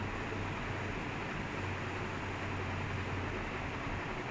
and then you need to add a C_V and or a resume